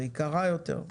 יקרה יותר.